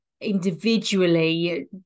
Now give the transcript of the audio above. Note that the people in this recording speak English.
individually